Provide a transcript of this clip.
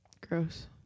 Gross